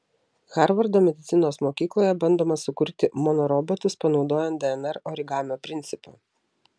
harvardo medicinos mokykloje bandoma sukurti nanorobotus panaudojant dnr origamio principą